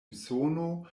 usono